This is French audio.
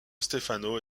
stefano